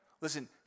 Listen